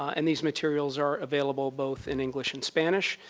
and these materials are available both in english and spanish.